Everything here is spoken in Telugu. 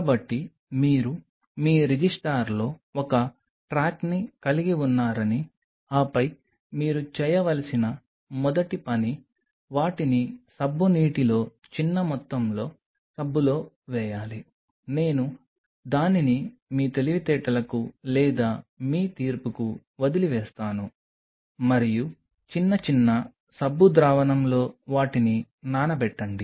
కాబట్టి మీరు మీ రిజిస్టర్లో ఒక ట్రాక్ని కలిగి ఉన్నారని ఆపై మీరు చేయవలసిన మొదటి పని వాటిని సబ్బు నీటిలో చిన్న మొత్తంలో సబ్బులో వేయాలి నేను దానిని మీ తెలివితేటలకు లేదా మీ తీర్పుకు వదిలివేస్తాను మరియు చిన్న చిన్న సబ్బు ద్రావణం లో వాటిని నానబెట్టండి